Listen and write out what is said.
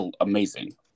amazing